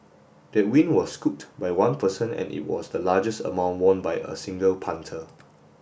that win was scooped by one person and it was the largest amount won by a single punter